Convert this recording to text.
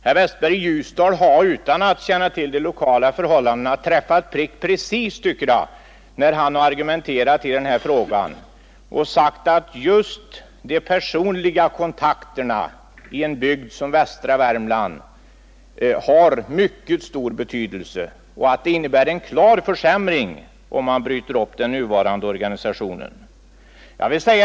Herr Westberg i Ljusdal har, utan att känna till de lokala förhållandena, träffat precis rätt när han i sin argumentering i denna fråga sagt, att just de personliga kontakterna i en bygd som västra Värmland har mycket stor betydelse och att det innebär en klar försämring, om den nuvarande organisationen bryts upp.